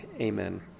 Amen